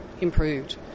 improved